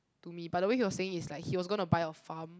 to me but the way he was saying is like he was going to buy a farm